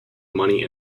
money